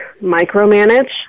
micromanage